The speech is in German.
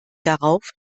darauf